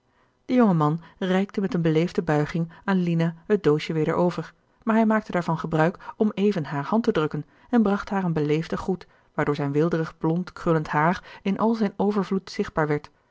de jonge man reikte met eene beleefde buiging aan lina het doosje weder over maar hij maakte daarvan gebruik om even hare hand te drukken en bracht haar een beleefden groet waardoor zijn weelderig blond krullend haar in al zijn overvloed zichtbaar werd